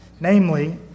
namely